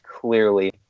clearly